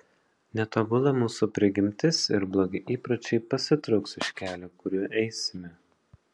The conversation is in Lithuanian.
netobula mūsų prigimtis ir blogi įpročiai pasitrauks iš kelio kuriuo eisime